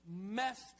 messed